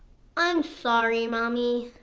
i'm sorry mommy.